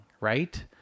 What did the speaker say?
right